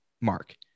Mark